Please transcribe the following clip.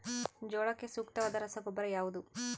ಜೋಳಕ್ಕೆ ಸೂಕ್ತವಾದ ರಸಗೊಬ್ಬರ ಯಾವುದು?